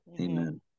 Amen